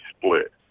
split